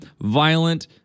violent